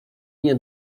nie